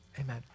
Amen